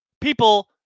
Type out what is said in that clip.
People